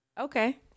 okay